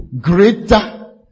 greater